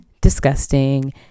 disgusting